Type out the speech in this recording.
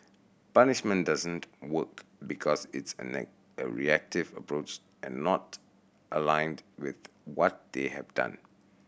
punishment doesn't work because it's a a reactive approach and not aligned with what they have done